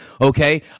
okay